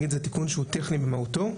זה תיקון טכני במהותו,